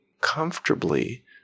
comfortably